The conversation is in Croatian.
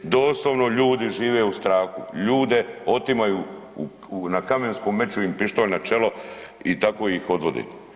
Doslovno ljudi žive u strahu, ljude otimaju na Kamenskom, meću im pištolj na čelo i tako ih odvode.